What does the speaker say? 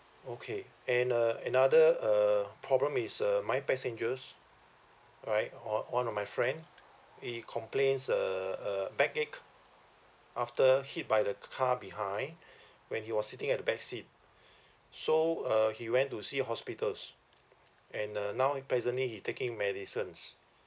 okay and uh another uh problem is uh my passengers right or one of my friend he complains a a backache after hit by the car behind when he was sitting at the back seat so uh he went to see hospitals and uh now presently he taking medicines